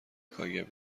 کاگب